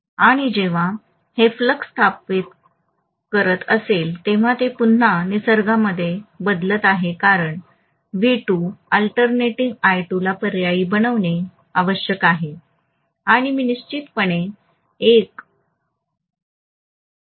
आणि जेव्हा हे फ्लक्स स्थापित करत असेल तेव्हा ते पुन्हा निसर्गामध्ये बदलत आहे कारण व्ही 2 आलटर्नेटिंग आय 2 ला पर्यायी बनवणे आवश्यक आहे आणि मी निश्चितपणे एक पर्यायी प्रवाह स्थापित करेल